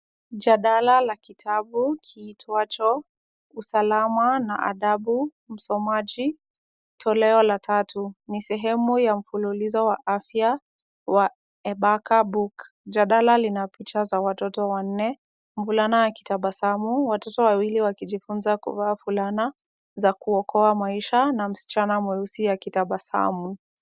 Jadala la kitabu kiitwacho usalama na adabu msomaji toleo la tatu. Ni sehemu ya mfululizo wa afya wa A Baka book. Jadala lina picha za watoto wanne, mvulana akitabasamu, watoto wawili wakijifunza kuvaa fulana za kuokoa maisha na msichana mweusi akitabasamu.